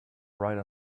right